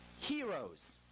heroes